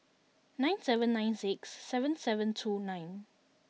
nine seven nine six seven seven two nine